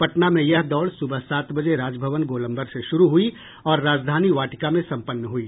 पटना में यह दौड़ सुबह सात बजे राजभवन गोलम्बर से शुरू हुई और राजधानी वाटिका में सम्पन्न हुई